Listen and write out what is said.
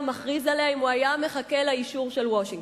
מכריז עליה אם הוא היה מחכה לאישור של וושינגטון.